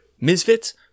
Misfits